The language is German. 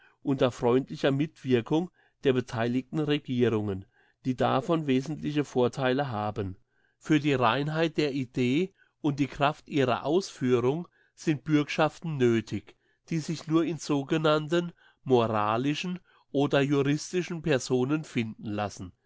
unter freundlicher mitwirkung der betheiligten regierungen die davon wesentliche vortheile haben für die reinheit der idee und die kraft ihrer ausführung sind bürgschaften nöthig die sich nur in sogenannten moralischen oder juristischen personen finden lassen